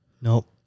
Nope